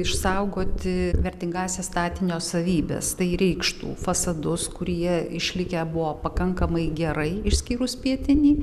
išsaugoti vertingąsias statinio savybes tai reikštų fasadus kurie išlikę buvo pakankamai gerai išskyrus pietinį